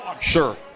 Sure